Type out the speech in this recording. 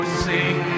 sing